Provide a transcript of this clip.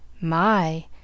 My